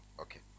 Okay